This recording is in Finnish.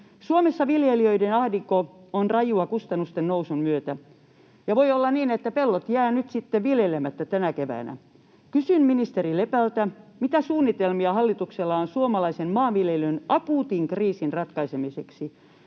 Suomessa viljelijöiden ahdinko on rajua kustannusten nousun myötä, ja voi olla niin, että pellot jäävät nyt sitten viljelemättä tänä keväänä. Kysyn ministeri Lepältä: mitä suunnitelmia hallituksella on suomalaisen maanviljelyn akuutin kriisin ratkaisemiseksi?